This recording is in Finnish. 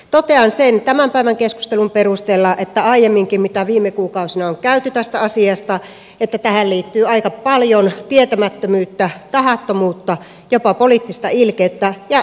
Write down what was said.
totean sen tämän päivän keskustelun sekä sen perusteella mitä aiemminkin viime kuukausina on käyty tästä asiasta että tähän liittyy aika paljon tietämättömyyttä tahattomuutta jopa poliittista ilkeyttä ja letkauttelua